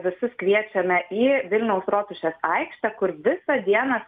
visus kviečiame į vilniaus rotušės aikštę kur visą dieną